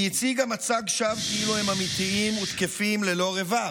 היא הציגה מצג שווא כאילו הם אמיתיים ותקפים ללא רבב.